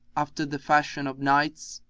after the fashion of knights?